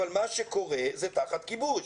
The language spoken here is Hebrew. אבל מה שקורה - זה תחת כיבוש.